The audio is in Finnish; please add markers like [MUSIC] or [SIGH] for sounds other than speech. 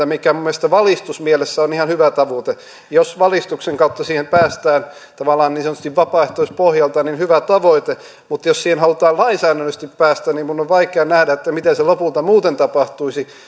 [UNINTELLIGIBLE] mikä minun mielestäni valistusmielessä on ihan hyvä tavoite niin jos valistuksen kautta siihen päästään tavallaan niin sanotusti vapaaehtoispohjalta niin se on hyvä tavoite mutta jos siihen halutaan lainsäädännöllisesti päästä niin minun on vaikea nähdä miten se lopulta muuten tapahtuisi